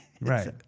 Right